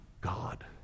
God